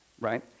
Right